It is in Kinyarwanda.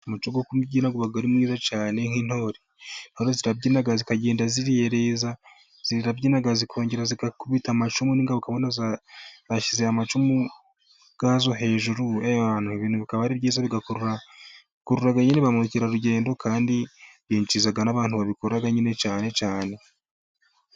Umuco wo kubyina aba ari mwiza cyane w'intore zirabyina zikagenda ziyere zirabyina zikongera zigakubita amacumu n'ingaruka bashyize amacumu ubwazo hejuru ibintu bikaba ari byiza bigakurura ba mukerarugendo kandi binjiriza n'abantu babikora cyane cyane.